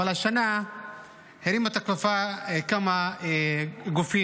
אבל השנה הרימו את הכפפה כמה גופים